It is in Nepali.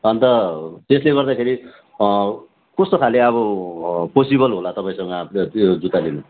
अन्त त्यसले गर्दाखेरि कस्तो खाले अब पोसिबल होला तपाईँसँग त्यो जुत्ता लिनु